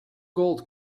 gold